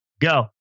Go